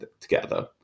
together